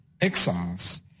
exiles